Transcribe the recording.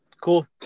Cool